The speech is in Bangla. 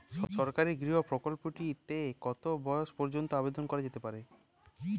সরকারি গৃহ প্রকল্পটি তে কত বয়স পর্যন্ত আবেদন করা যেতে পারে?